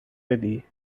بدی